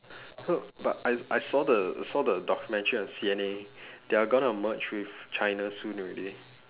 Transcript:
uh but I I saw the saw the documentary on C_N_A they are going to merge with china soon already